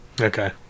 Okay